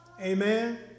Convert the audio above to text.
Amen